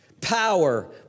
Power